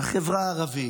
לחברה הערבית,